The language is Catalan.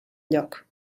lloc